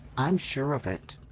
i'm sure of it.